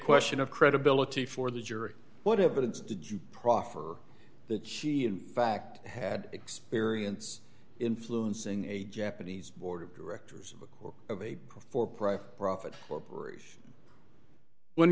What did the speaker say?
question of credibility for the jury what evidence did you proffer that he in fact had experience influencing a japanese board of directors or of a for private profit corporation when